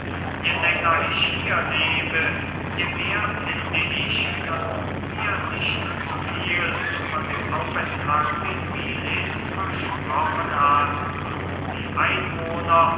je länger ich hier lebe je mehr finde ich daß du mir nicht zu viel von dem aufenthalt in milet versprochen hast und die einwohner